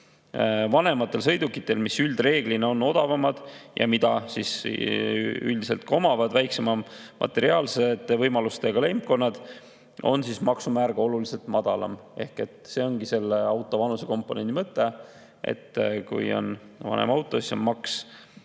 Vanematel sõidukitel, mis üldreeglina on odavamad ja mida üldiselt omavad väiksemate materiaalsete võimalustega leibkonnad, on maksumäär oluliselt madalam. See ongi vanusekomponendi mõte, et kui on vanem auto, siis on maks